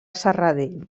serradell